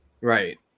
Right